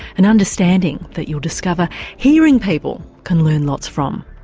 an understanding that you'll discover hearing people can learn lots from.